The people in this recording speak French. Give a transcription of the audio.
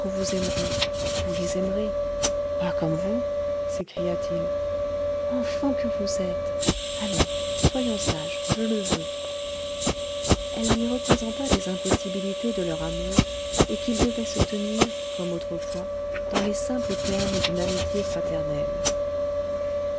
vous aimeront vous les aimerez pas comme vous s'écria-t-il enfant que vous êtes allons soyons sage je le veux elle lui représenta les impossibilités de leur amour et qu'ils devaient se tenir comme autrefois dans les simples termes d'une amitié fraternelle